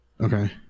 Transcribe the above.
Okay